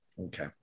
Okay